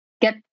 get